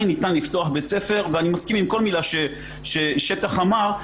ניתן לפתוח בית ספר ואני מסכים עם כל מילה ששטח אמר.